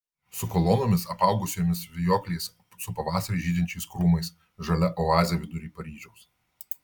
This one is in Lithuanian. su kolonomis apaugusiomis vijokliais su pavasarį žydinčiais krūmais žalia oazė vidury paryžiaus